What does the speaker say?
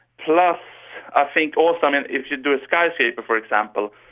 plus i think also and if you do a skyscraper, for example,